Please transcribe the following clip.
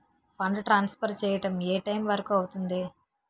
Fund transfer చేయడం ఏ time వరుకు అవుతుంది?